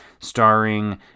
starring